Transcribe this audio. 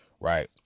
right